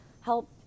help